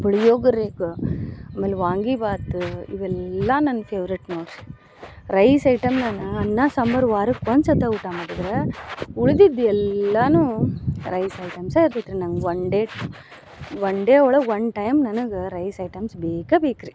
ಪುಳಿಯೋಗರೆ ಕ ಆಮೇಲೆ ವಾಂಗೀಬಾತು ಇವೆಲ್ಲ ನನ್ನ ಫೇವ್ರೇಟ್ ನೋಡ್ರಿ ರೈಸ್ ಐಟಮ್ ನನ್ಗೆ ಅನ್ನ ಸಾಂಬರ್ ವಾರಕ್ಕೆ ಒಂದು ಸತೆ ಊಟ ಮಾಡಿದ್ರೆ ಉಳ್ದಿದ್ದ ಎಲ್ಲಾನು ರೈಸ್ ಐಟಮ್ಸಾ ಇರ್ತೈತಿ ರೀ ನಂಗೆ ಒನ್ ಡೇ ಒನ್ ಡೇ ಒಳಗೆ ಒನ್ ಟೈಮ್ ನನಗೆ ರೈಸ್ ಐಟಮ್ಸ್ ಬೇಕೇ ಬೇಕ್ರೀ